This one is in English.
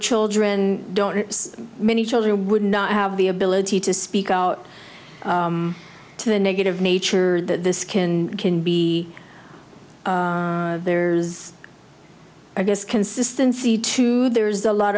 children don't many children would not have the ability to speak out to the negative nature that this can can be there's i guess consistency too there's a lot